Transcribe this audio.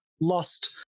lost